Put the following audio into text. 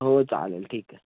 हो चालेल ठीक आहे